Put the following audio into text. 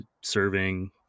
serving